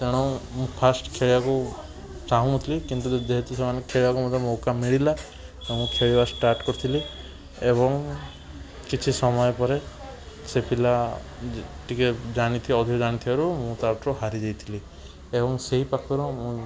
ତେଣୁ ମୁଁ ଫାଷ୍ଟ ଖେଳିବାକୁ ଚାହୁଁନଥିଲି କିନ୍ତୁ ଯେହେତୁ ସେମାନେ ଖେଳିବାକୁ ମୋତେ ମୌକା ମିଳିଲା ତ ମୁଁ ଖେଳିବା ଷ୍ଟାର୍ଟ କରିଥିଲି ଏବଂ କିଛିସମୟ ପରେ ସେ ପିଲା ଟିକିଏ ଜାଣିଥିବା ଅଧିକ ଜାଣିଥିବାରୁ ମୁଁ ତା'ଠୁ ହାରିଯାଇଥିଲି ଏବଂ ସେହି ପାଖରୁ ମୁଁ